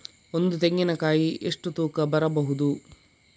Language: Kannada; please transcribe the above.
ಒಂದು ತೆಂಗಿನ ಕಾಯಿ ಎಷ್ಟು ತೂಕ ಬರಬಹುದು?